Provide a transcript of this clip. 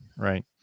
right